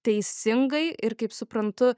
teisingai ir kaip suprantu